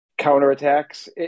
counterattacks